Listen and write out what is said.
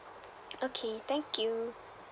okay thank you